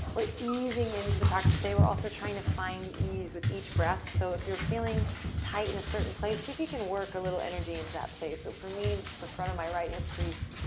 we're easing into the practice today. we're also trying to find ease with each breath. so if you're feeling tight in a certain place, see if you can work a little energy into that place. so for me, it's the front of my right hip crease.